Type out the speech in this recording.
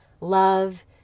love